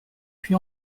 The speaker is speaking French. puy